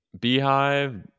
Beehive